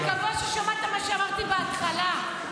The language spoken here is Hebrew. אני מקווה ששמעת מה שאמרתי בהתחלה.